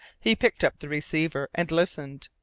he picked up the receiver and listened.